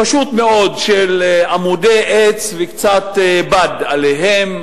פשוט מאוד, של עמודי עץ וקצת בד עליהם.